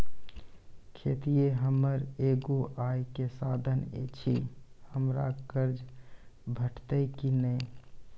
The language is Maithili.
खेतीये हमर एगो आय के साधन ऐछि, हमरा कर्ज भेटतै कि नै?